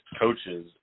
coaches